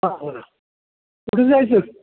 हो ना कुठे जायचं आहे